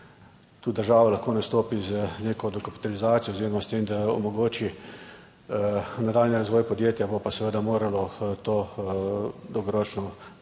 Tu država lahko nastopi z neko dokapitalizacijo oziroma s tem, da omogoči nadaljnji razvoj podjetja. Bo pa seveda moralo to dolgoročno imeti